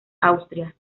austria